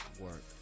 work